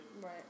Right